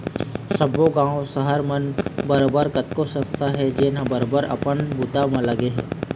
सब्बे गाँव, सहर मन म बरोबर कतको संस्था हे जेनहा बरोबर अपन बूता म लगे हे